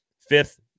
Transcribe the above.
fifth